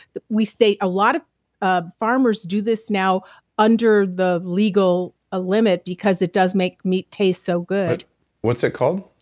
we state a lot of ah farmers do this now under the legal ah limit because it does make meat taste so good what's it called?